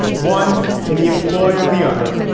one in the employ of the other,